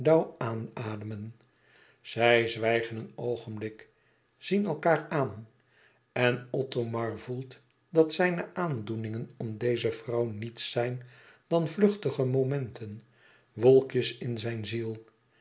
dauw aanademen zij zwijgen een oogenblik zien elkaâr aan en othomar voelt dat zijne aandoeningen om deze vrouw niets zijn dan vluchtige momenten wolkjes in zijne ziel